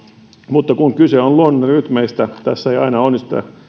mutta kun kyse on luonnon rytmeistä tässä ei aina onnistuta ja